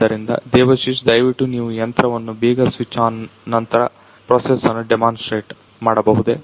ಆದ್ದರಿಂದ ದೇವಶಿಶ್ ದಯವಿಟ್ಟು ನೀವು ಯಂತ್ರವನ್ನು ಬೇಗ ಸ್ವಿಚ್ ಆನ್ ನಂತರ ಪ್ರೊಸೆಸ್ ಅನ್ನು ಡೆಮೋನ್ಸ್ಟ್ರೇಟ್ ಮಾಡಬಹುದೆ